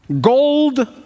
Gold